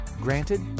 granted